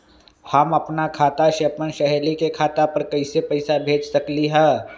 हम अपना खाता से अपन सहेली के खाता पर कइसे पैसा भेज सकली ह?